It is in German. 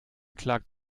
klagt